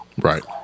Right